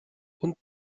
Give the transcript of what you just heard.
und